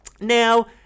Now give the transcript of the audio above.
Now